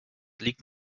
liegt